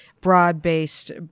broad-based